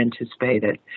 anticipated